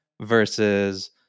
versus